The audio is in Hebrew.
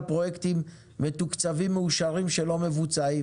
פרויקטים מתוקצבים ומאושרים שלא מבוצעים,